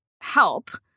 help